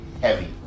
heavy